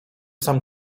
sam